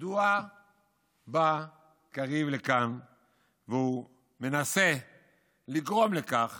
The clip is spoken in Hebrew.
מדוע בא קריב לכאן ומנסה לגרום לכך